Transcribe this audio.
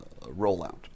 rollout